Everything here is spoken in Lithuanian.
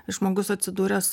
žmogus atsidūręs